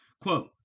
Quote